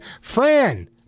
Fran